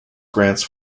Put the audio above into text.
grants